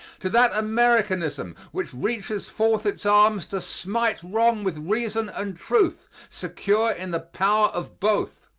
to that americanism which reaches forth its arms to smite wrong with reason and truth, secure in the power of both.